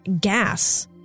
gas